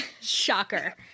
Shocker